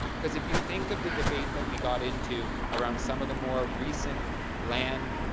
because if you think of the debate that we got into around some of the more recent land